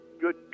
Good